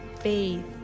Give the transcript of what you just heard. faith